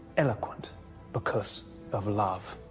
eloquent because of love.